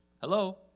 Hello